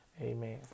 Amen